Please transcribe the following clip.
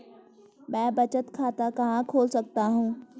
मैं बचत खाता कहां खोल सकता हूँ?